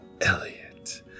Elliot